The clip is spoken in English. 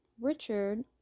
Richard